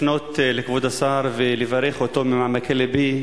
לפנות לכבוד השר ולברך אותו ממעמקי לבי,